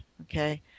okay